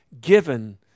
given